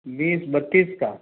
बीस बत्तीस का